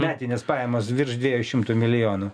metinės pajamos virš dviejų šimtų milijonų